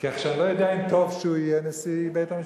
כך שאני לא יודע אם טוב שהוא יהיה נשיא בית-המשפט